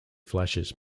flashes